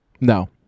No